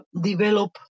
develop